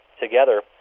together